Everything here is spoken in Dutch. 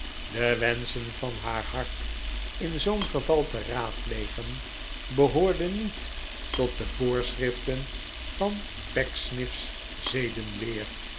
de wenschen van haar hart in zoo'n geval te raadplegen behoorde niet tot de voorschriften van